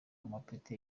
amapeti